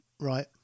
Right